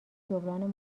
جبران